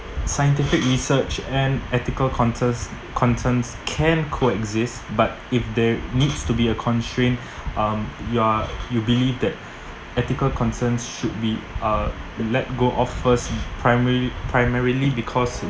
scientific research and ethical concerns concerns can coexist but if there needs to be a constraint um you are you believe that ethical concerns should be uh let go of first primary primarily because